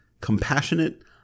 compassionate